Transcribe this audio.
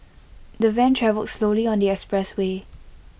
the van travelled slowly on the expressway